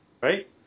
right